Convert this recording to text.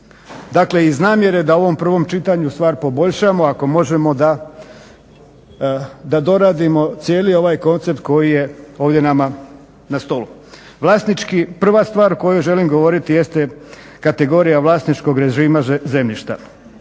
Dakle iz namjere da u ovom prvom čitanju stvar poboljšamo ako možemo da doradimo cijeli ovaj koncept koji je ovdje nama na stolu. Vlasnički prva stvar o kojoj želim govoriti jeste kategorija vlasničkog režima zemljišta.